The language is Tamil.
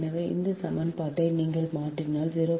எனவே இந்த சமன்பாட்டை நீங்கள் மாற்றினால் 0